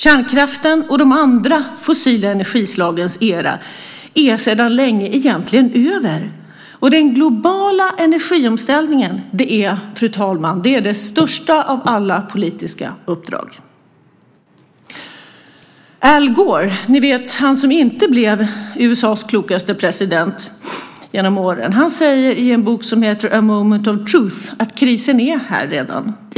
Kärnkraftens och de andra fossila energislagens era är sedan länge egentligen över. Den globala energiomställningen är, fru talman, det största av alla politiska uppdrag. Al Gore - ni vet han som inte blev USA:s klokaste president genom åren - säger i en bok som heter A moment of truth att krisen är här redan.